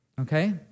Okay